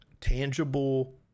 tangible